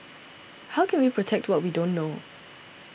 how can we protect what we don't know